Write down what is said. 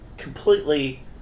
completely